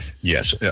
Yes